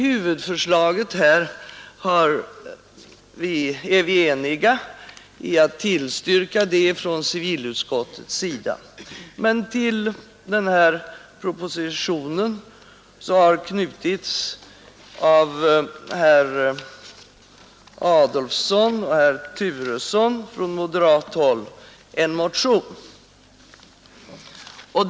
Huvudförslaget är vi eniga om att tillstyrka i civilutskottet, men till propositionen har väckts en motion från moderat håll av herrar Adolfsson och Turesson.